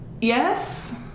Yes